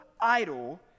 idol